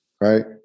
Right